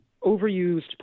overused